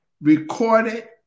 recorded